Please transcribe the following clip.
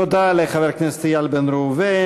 תודה לחבר הכנסת איל בן ראובן.